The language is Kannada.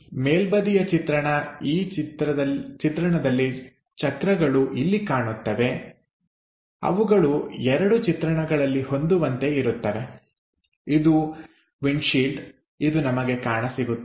ಮೇಲ್ಬದಿಯ ಚಿತ್ರಣ ಈ ಚಿತ್ರಣದಲ್ಲಿ ಚಕ್ರಗಳು ಇಲ್ಲಿ ಕಾಣುತ್ತವೆ ಅವುಗಳು ಎರಡು ಚಿತ್ರಣಗಳಲ್ಲಿ ಹೊಂದುವಂತೆ ಇರುತ್ತವೆಇದು ವಿಂಡ್ಶೀಲ್ಡ್ ಇದು ನಮಗೆ ಕಾಣಸಿಗುತ್ತದೆ